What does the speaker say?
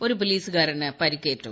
ഒരു പോലീസുകാരന് പരിക്കേറ്റു